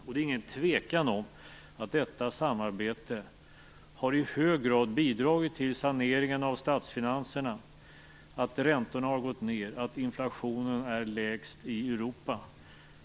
Det råder inget tvivel om att detta samarbete i hög grad har bidragit till saneringen av statsfinanserna, till att räntorna gått ned och till att inflationen i Sverige är den lägsta i Europa.